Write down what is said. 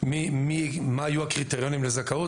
מה יהיו הקריטריונים לזכאות,